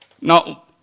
Now